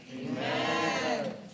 Amen